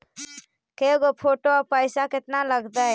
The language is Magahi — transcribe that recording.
के गो फोटो औ पैसा केतना लगतै?